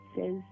says